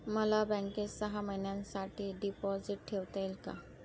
मला बँकेत सहा महिन्यांसाठी डिपॉझिट ठेवता येईल का?